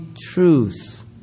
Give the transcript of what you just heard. truth